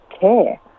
care